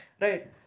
Right